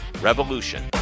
revolution